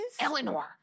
Eleanor